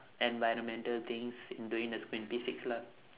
environmental things and doing this since P six lah